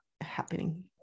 happening